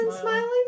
Smiling